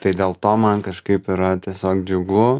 tai dėl to man kažkaip yra tiesiog džiugu